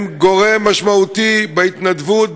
הם גורם משמעותי בהתנדבות,